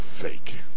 fake